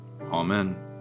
Amen